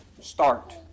start